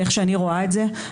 בצדדים,